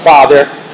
Father